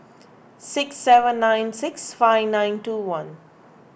six seven nine six five nine two one